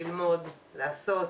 ללמוד ולעשות.